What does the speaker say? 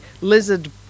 lizard